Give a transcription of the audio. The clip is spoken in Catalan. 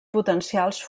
potencials